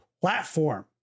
platform